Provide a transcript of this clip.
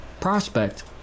prospect